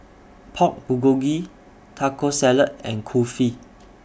Pork Bulgogi Taco Salad and Kulfi